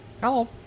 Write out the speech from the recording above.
Hello